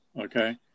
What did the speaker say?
okay